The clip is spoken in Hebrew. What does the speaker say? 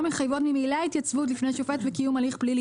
מחייבות ממילא התייצבות בפני שופט וקיום הליך פלילי".